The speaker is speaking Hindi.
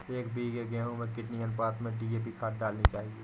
एक बीघे गेहूँ में कितनी अनुपात में डी.ए.पी खाद डालनी चाहिए?